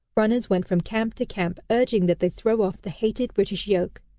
runners went from camp to camp, urging that they throw off the hated british yoke.